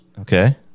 Okay